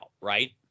right